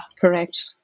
Correct